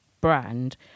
brand